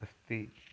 अस्ति